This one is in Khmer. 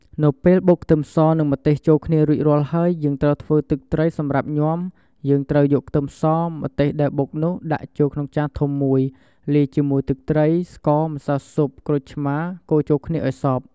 នៅពេលបុកខ្ទឹមស និង ម្ទេសចូលគ្នារួចរាល់ហើយយើងត្រូវធ្វើទឹកត្រីសម្រាប់ញាំយើងត្រូវយកខ្ទឹមស ម្ទេសដែរបុកនោះដាក់ចូលក្នុងចានធំមួយលាយជាមួយទឺកត្រី ស្ករ ម្សៅស៊ុប ក្រូចឆ្មាកូរចូលគ្នាឱ្យសព្វ។